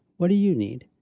what do you need?